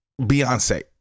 Beyonce